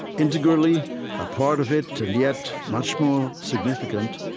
integrally a part of it and yet, much more significant,